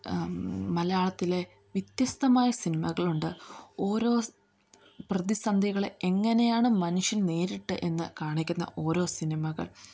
മലയാളത്തിലെ വ്യത്യസ്തമായ സിനിമകളുണ്ട് ഓരോ പ്രതിസന്ധികളെ എങ്ങനെയാണ് മനുഷ്യൻ നേരിട്ടത് എന്ന് കാണിക്കുന്ന ഓരോ സിനിമകൾ